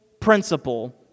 principle